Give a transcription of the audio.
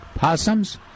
Possums